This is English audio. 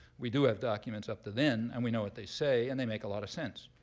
we do have documents up to then, and we know what they say, and they make a lot of sense.